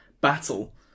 battle